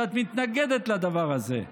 שאת מתנגדת לדבר הזה.